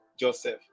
joseph